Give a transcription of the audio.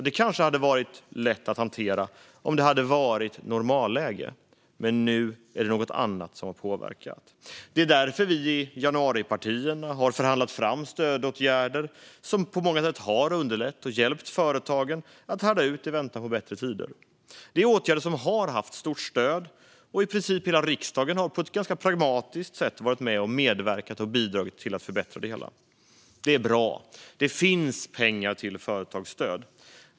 Det hade kanske varit lätt att hantera i ett normalläge. Men nu är det något annat som påverkar. Det är därför som vi i januaripartierna har förhandlat fram stödåtgärder, som på många sätt har underlättat och hjälpt företagen att härda ut i väntan på bättre tider. Det är åtgärder som har haft stort stöd. I princip hela riksdagen har på ett ganska pragmatiskt sätt medverkat och bidragit till de förbättringarna. Det är bra. Det finns pengar till företagsstöd.